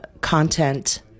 content